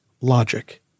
logic